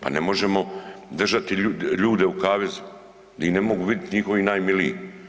Pa ne možemo držati ljude u kavezu di ih ne mogu vidjeti njihovi najmiliji.